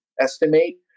estimate